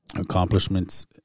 accomplishments